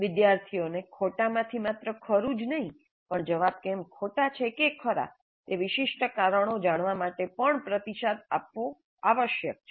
વિદ્યાર્થીઓને ખોટામાંથી માત્ર ખરું જ નહીં પણ જવાબ કેમ ખોટા છે કે ખરા તે વિશિષ્ટ કારણો જાણવા માટે પણ પ્રતિસાદ આપવો આવશ્યક છે